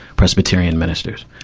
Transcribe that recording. presbyterian ministers.